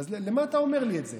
אז למה אתה אומר לי את זה?